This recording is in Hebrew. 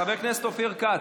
חבר הכנסת אופיר כץ,